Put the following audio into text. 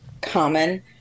common